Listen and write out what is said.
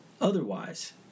otherwise